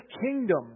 kingdom